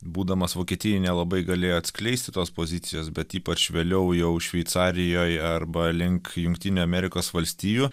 būdamas vokietijoj nelabai galėjo atskleisti tos pozicijos bet ypač vėliau jau šveicarijoj arba link jungtinių amerikos valstijų